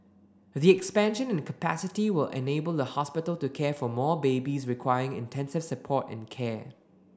the expansion in capacity will enable the hospital to care for more babies requiring intensive support and care